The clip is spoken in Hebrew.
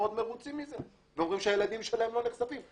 מאוד מרוצים מזה ואומרים שהילדים שלהם לא נחשפים,